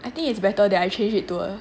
I think it's better that I change it to a